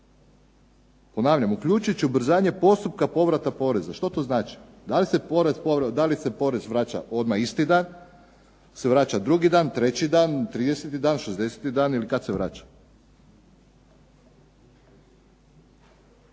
Ponavljam, uključujući ubrzanje postupka povrata poreza. Što to znači? Da li se porez vraća odmah isti dan, da li se vraća drugi dan, treći dan, 30 dan, 60 dan ili kad se vraća?